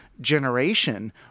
generation